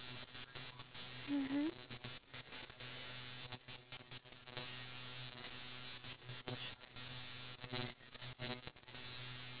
only a percentage of the entire country I'm sure there's like other things but I never really took the time to look at the whole entire percept~